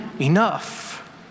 enough